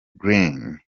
greene